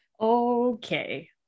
okay